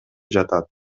жатат